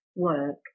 work